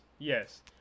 Yes